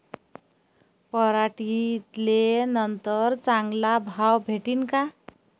पराटीले नंतर चांगला भाव भेटीन का?